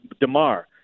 DeMar